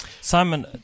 Simon